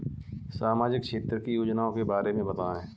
सामाजिक क्षेत्र की योजनाओं के बारे में बताएँ?